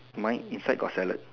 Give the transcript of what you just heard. mine inside got salad